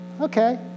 okay